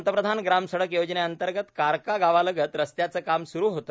पंतप्रधान ग्राम सडक योजनेंतर्गत कारका गावालगत रस्त्याचे काम सुरु होते